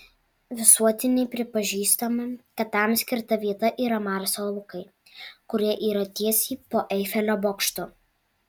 visuotinai pripažįstama kad tam skirta vieta yra marso laukai kurie yra tiesiai po eifelio bokštu